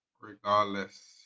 regardless